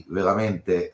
veramente